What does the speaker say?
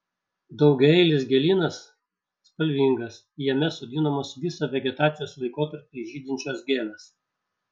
daugiaeilis gėlynas spalvingas jame sodinamos visą vegetacijos laikotarpį žydinčios gėlės